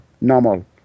normal